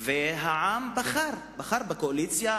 והעם בחר בקואליציה.